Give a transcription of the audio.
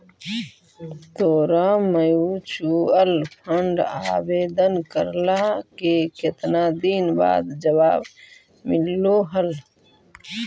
तोरा mutual fund आवेदन करला के केतना दिन बाद जवाब मिललो हल?